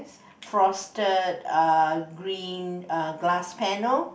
frosted uh green uh glass panel